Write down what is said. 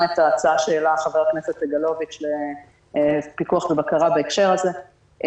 את ההצעה שהעלה חבר הכנסת סגלוביץ' לפיקוח ובקרה בהקשר הזה.